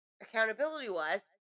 accountability-wise